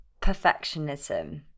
perfectionism